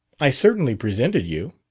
i certainly presented you.